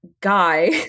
guy